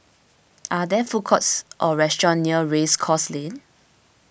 are there food courts or restaurants near Race Course Lane